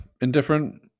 indifferent